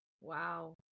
Wow